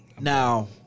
now